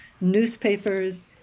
newspapers